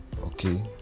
Okay